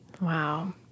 Wow